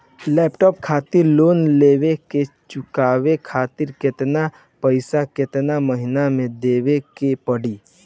Laptop खातिर लेवल loan के चुकावे खातिर केतना पैसा केतना महिना मे देवे के पड़ी?